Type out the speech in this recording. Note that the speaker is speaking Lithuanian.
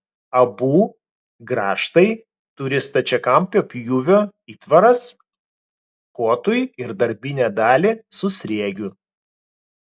abu grąžtai turi stačiakampio pjūvio įtvaras kotui ir darbinę dalį su sriegiu